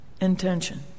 intention